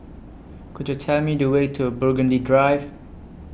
Could YOU Tell Me The Way to Burgundy Drive